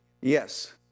Yes